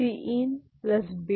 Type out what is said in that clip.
Cin B